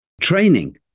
training